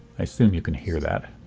i assume you can hear that.